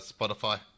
Spotify